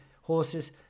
horses